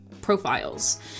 profiles